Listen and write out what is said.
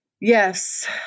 yes